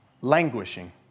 Languishing